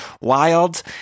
wild